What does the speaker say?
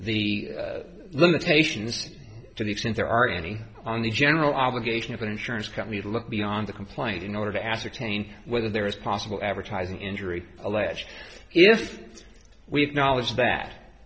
the limitations to the extent there are any on the general obligation of an insurance company to look beyond the complaint in order to ascertain whether there is possible advertising injury alleged if we have knowledge of that